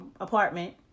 apartment